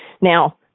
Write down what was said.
Now